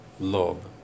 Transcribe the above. Lobe